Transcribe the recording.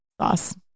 sauce